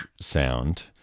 sound